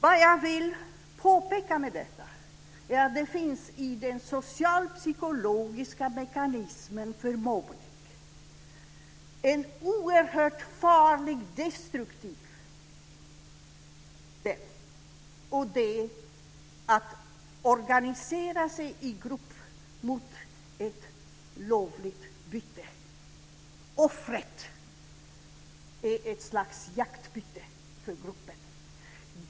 Vad jag vill påpeka med detta är att det i den socialpsykologiska mekanismen för mobbning finns en oerhört farlig destruktiv del, och det är att man organiserar sig i grupp mot ett lovligt byte. Offret är ett slags jaktbyte för gruppen.